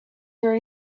your